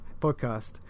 podcast